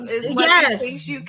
Yes